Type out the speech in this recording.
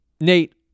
Nate